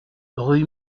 rue